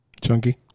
Chunky